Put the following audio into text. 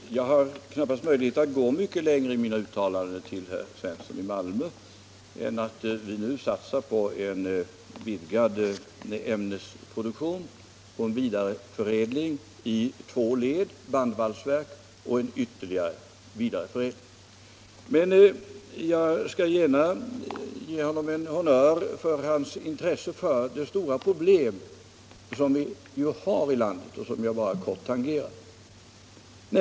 Herr talman! Jag har knappast möjlighet att gå mycket längre i mina uttalanden till herr Svensson i Malmö än till att säga att vi nu satsar på en vidgad ämnesproduktion samt på en vidareförädling i två led — bandvalsverk och en ytterligare vidareförädling. Men jag skall gärna ge herr Svensson en honnör för hans intresse för det stora problem som vi har i landet och som jag bara kort tangerade.